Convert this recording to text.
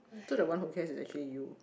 so the one who cares is actually you